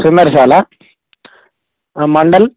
Sundarshala mandal